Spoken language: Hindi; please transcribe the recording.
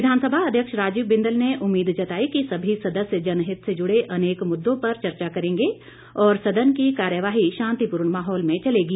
विधानसभा अध्यक्ष राजीव बिंदल ने उम्मीद जताई कि सभी सदस्य जनहित से जुड़े अनेक मुद्दों पर चर्चा करेंगे और सदन की कार्यवाही शांतिपूर्ण माहौल में चलेगी